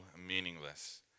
meaningless